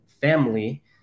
family